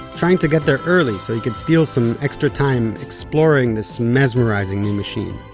trying to get there early so he could steal some extra time exploring this mesmerizing new machine.